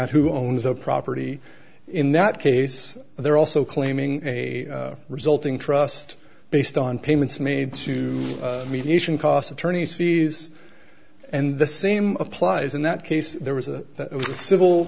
at who owns the property in that case they're also claiming a resulting trust based on payments made to mediation costs attorneys fees and the same applies in that case there was a civil